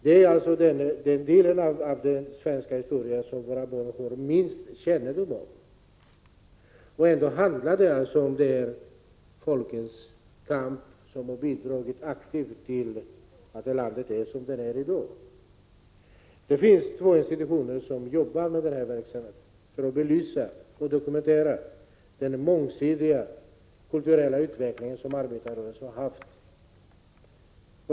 Det är den del av den svenska historien som våra barn får minst kännedom om. Ändå handlar det om folkets kamp som har bidragit aktivt till att landet är som det är i dag. Det finns två institutioner som jobbar med att belysa och dokumentera den mångsidiga kulturella utveckling som arbetarrörelsen har haft.